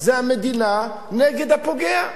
זה המדינה נגד הפוגע.